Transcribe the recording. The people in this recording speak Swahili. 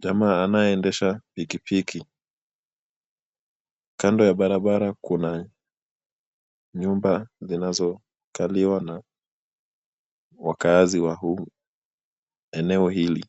jamaa anayendesha pikipiki. Kando ya barabara kuna nyumba zinazokaliwa na wakaazi wa humu eneo hili.